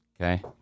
Okay